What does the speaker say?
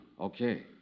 Okay